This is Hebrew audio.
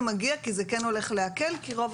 כנראה זה מגיע כי זה כן הולך להקל, כי רוב